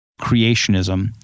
creationism